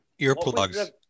Earplugs